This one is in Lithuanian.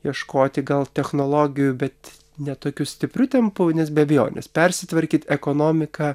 ieškoti gal technologijų bet ne tokiu stipriu tempu nes be abejonės persitvarkyt ekonomika